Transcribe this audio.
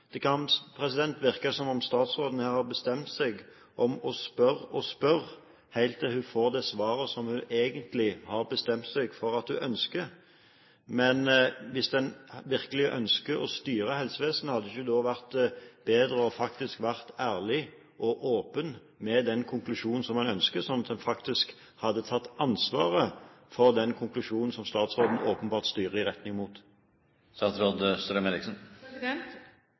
Det kan virke som om statsråden her har bestemt seg for å spørre og spørre helt til hun får det svaret hun egentlig har bestemt seg for at hun ønsker. Men hvis en virkelig ønsker å styre helsevesenet, hadde det ikke da vært bedre faktisk å være ærlig og åpen om den konklusjonen som en ønsker, slik at en faktisk hadde tatt ansvaret for den konklusjonen som statsråden åpenbart styrer i retning